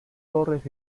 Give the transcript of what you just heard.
torres